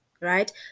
right